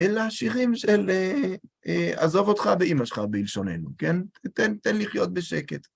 אלא שירים של עזוב אותך ואימא שלך בלשוננו, כן? תן לחיות בשקט.